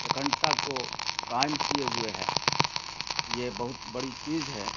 اکھنڈتا کو قائم کیے ہوئے ہے یہ بہت بڑی چیز ہے